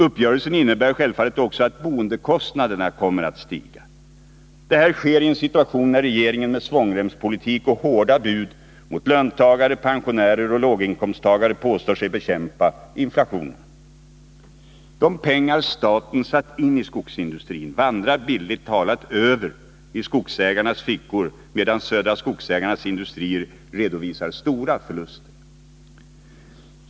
Uppgörelsen innebär självfallet också att boendekostnaderna kommer att stiga. Detta sker i en situation när regeringen med svångremspolitik och hårda bud mot löntagare, pensionärer och låginkomsttagare påstår sig bekämpa inflationen. De pengar staten har satt in i skogsindustrin vandrar bildligt talat över i skogsägarnas fickor, medan Södra Skogsägarnas industrier redovisar stora förluster.